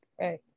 Right